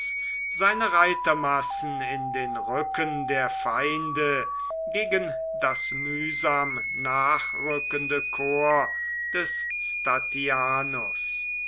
seine reitermassen in den rücken der feinde gegen das mühsam nachrückende korps des